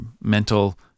mental